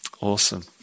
Awesome